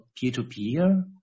peer-to-peer